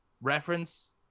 reference